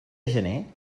gener